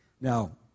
Now